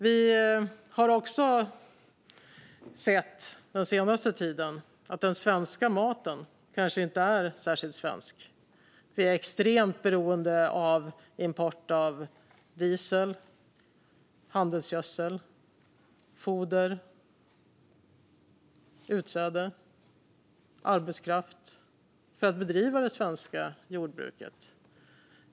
Vi har också sett den senaste tiden att den svenska maten kanske inte är särskilt svensk. Vi är extremt beroende av import av diesel, handelsgödsel, foder, utsäde och arbetskraft för att bedriva det svenska jordbruket.